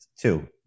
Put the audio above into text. two